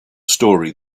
story